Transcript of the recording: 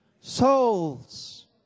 Souls